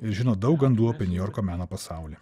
ir žino daug gandų apie niujorko meno pasaulį